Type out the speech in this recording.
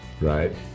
Right